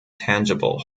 tangible